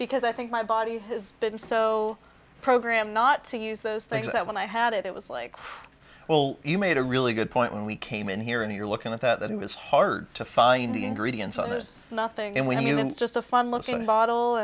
because i think my body has been so program not to use those things that when i had it it was like well you made a really good point when we came in here and you're looking at that that it was hard to find the ingredients on the nothing and we have just a funny looking bottle